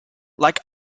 like